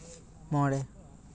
ᱢᱚᱬᱮ